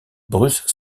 bruce